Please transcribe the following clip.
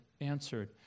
answered